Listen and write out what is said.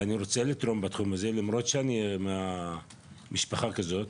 ואני רוצה לתרום בתחום הזה למרות שאני ממשפחה כזאת,